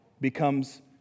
becomes